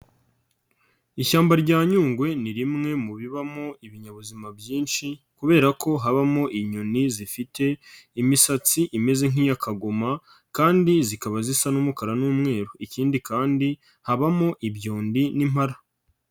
Ishyamba rya Nyungwe ni rimwe mu bibamo ibinyabuzima byinshi, kubera ko habamo inyoni zifite imisatsi imeze nk'iya kagoma, kandi zikaba zisa n'umukara n'umweru. Ikindi kandi habamo ibyondi n'impala.